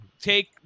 take